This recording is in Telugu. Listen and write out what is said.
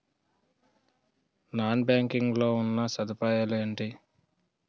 నాన్ బ్యాంకింగ్ లో ఉన్నా సదుపాయాలు ఎంటి?